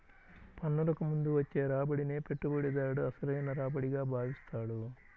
పన్నులకు ముందు వచ్చే రాబడినే పెట్టుబడిదారుడు అసలైన రాబడిగా భావిస్తాడు